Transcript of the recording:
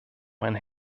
meinen